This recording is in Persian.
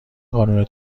قانون